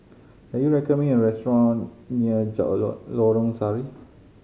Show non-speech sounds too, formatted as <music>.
can you recommend me a restaurant near <unintelligible> Lorong Sari